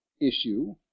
issue